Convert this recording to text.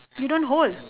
you don't hold